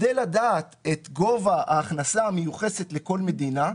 כדי לדעת את גובה ההכנסה המיוחסת לכל מדינה,